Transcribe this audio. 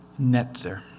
netzer